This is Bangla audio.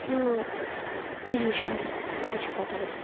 তো এই বিষয় নিয়ে কিছু কথা বললাম